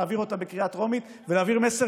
להעביר אותה בקריאה טרומית ולהעביר מסר